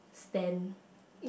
stand